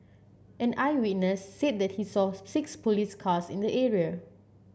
and eyewitness said that he saw six police cars in the area